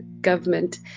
government